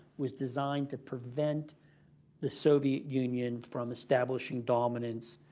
was designed to prevent the soviet union from establishing dominance